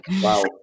Wow